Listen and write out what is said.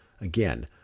again